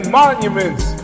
monuments